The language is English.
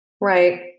Right